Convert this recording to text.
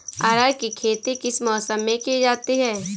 अरहर की खेती किस मौसम में की जाती है?